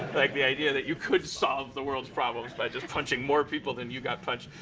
like, the idea that you could solve the world's problems by just punching more people than you got punched